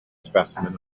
specimen